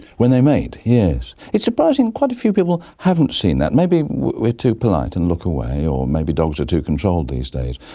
when they mate, yes. it's surprising, quite a few people haven't seen that. maybe we are too polite and look away or maybe dogs are too controlled these days,